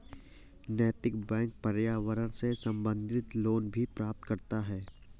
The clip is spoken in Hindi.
नैतिक बैंक पर्यावरण से संबंधित लोन भी प्रदान करता है